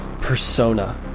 persona